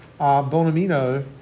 Bonamino